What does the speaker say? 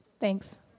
Thanks